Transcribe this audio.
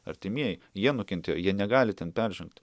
artimieji jie nukentėjo jie negali ten peržengti